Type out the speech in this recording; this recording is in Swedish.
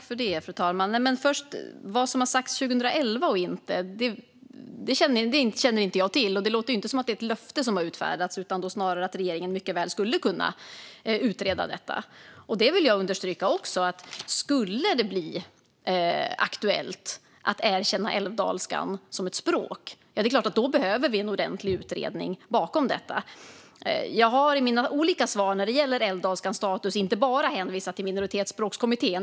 Fru talman! Vad som har sagts 2011 eller inte känner jag inte till. Det låter inte som att det är ett löfte som har utfärdats utan snarare som att regeringen mycket väl skulle kunna utreda detta. Jag vill understryka att om det skulle bli aktuellt att erkänna älvdalskan som ett språk är det klart att vi behöver en ordentlig utredning bakom detta. Jag har i mina olika svar när det gäller älvdalskans status inte bara hänvisat till Minoritetsspråkskommittén.